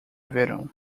verão